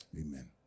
Amen